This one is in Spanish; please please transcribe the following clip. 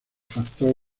factor